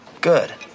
Good